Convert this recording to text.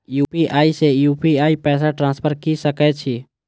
UPI से UPI पैसा transfer की सके छी?